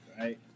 Right